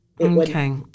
Okay